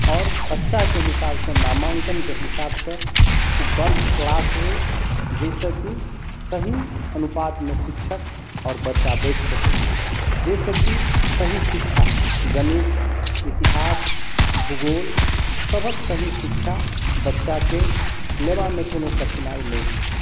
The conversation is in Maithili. आओर बच्चा के हिसाब सॅं नामांकन के हिसाब सॅं ओ वर्ग क्लास होइ जाहिसॅं कि सही अनुपात मे शिक्षक आओर बच्चा बँटि सकै जाहिसॅं कि सही शिक्षा गणित इतिहास भूगोल सभक सही शिक्षा बच्चा के लेबा मे कोनो कठिनाई नै होय